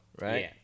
right